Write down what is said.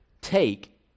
take